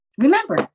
remember